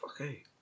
Okay